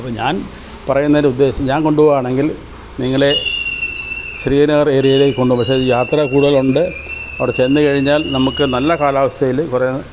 അപ്പം ഞാൻ പറയുന്നതിൻ്റെ ഉദ്ദേശം ഞാൻ കൊണ്ടു പോവുവാണെങ്കിൽ നിങ്ങളെ ശ്രീനഗർ ഏരിയയിലേക്ക് കൊണ്ടുപോകാം പക്ഷേ ഈ യാത്ര കൂടുതലുണ്ട് അവിടെ ചെന്നുകഴിഞ്ഞാൽ നമുക്ക് നല്ല കാലാവസ്ഥയിൽ ഇവരെ